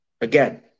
again